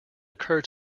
occur